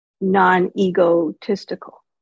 non-egotistical